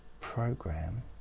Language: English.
program